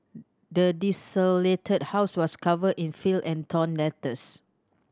the desolated house was covered in filth and torn letters